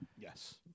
Yes